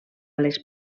les